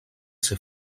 ser